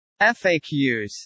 FAQs